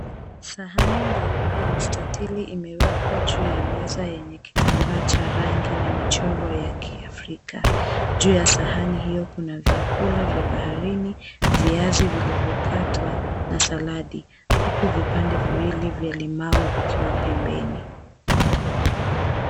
Sahani nyeupe ya mstatili imewekwa juu ya meza nyeupe yenye kitambaa cha rangi na michoro ya Kiafrika. Juu ya sahani hiyo kuna vyakula vya baharini, viazi vilivyokatwa na saladi huku vipande viwili vya limau vikiwa pembeni.